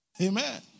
Amen